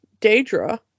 Daedra